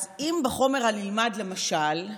אז אם בחומר הנלמד, למשל,